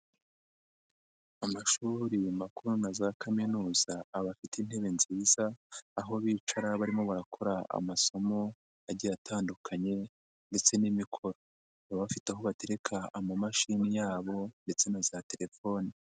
Amashuri makuru na za kaminuza aba afite intebe nziza aho bicara barimo barakora amasomo agiye atandukanye ndetse n'imikoro, baba bafite aho batereka amamashini yabo ndetse na za telefoni.